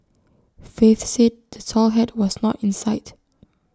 faith said the tall hat was not in sight